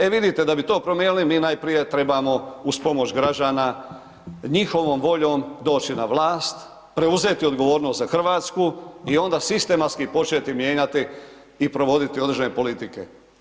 E vidite, da bi to promijenili, mi najprije trebamo uz pomoć građana, njihovom voljom doći na vlast, preuzeti odgovornost za Hrvatsku i onda sistematski početi mijenjati i provoditi određene politike.